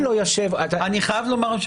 אני חייב לומר,